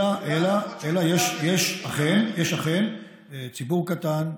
אלא יש אכן ציבור קטן,